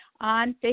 on